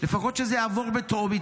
לפחות שזה יעבור בטרומית,